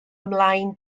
ymlaen